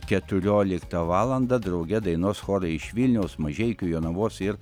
keturioliktą valandą drauge dainuos chorai iš vilniaus mažeikių jonavos ir